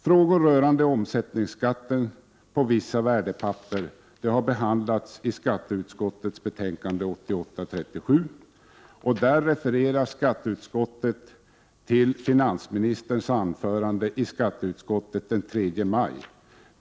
Frågor rörande omsättningsskatten på vissa värdepapper har behandlats i skatteutskottets betänkande 1987/88:37. I det betänkandet refererar skatteutskottet till finansministerns anförande i skatteutskottet den 3 maj 1988.